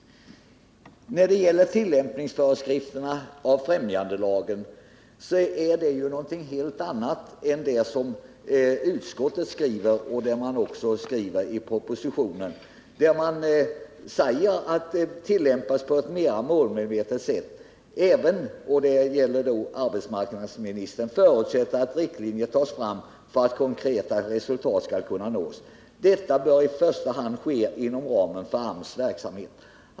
När det gäller tillämpningsföreskrifter beträffande främjandelagen innebär vår reservation någonting helt annat än det som utskottet skriver och det som står i propositionen, nämligen att lagen skall tillämpas på ett mera målmedvetet sätt samt att mar — det är arbetsmarknadsministerns uttalande — förutsätter att riktlinjer skall dras upp för att konkreta resultat skall kunna uppnås och att detta i första hand bör ske inom ramen för AMS verksamhet.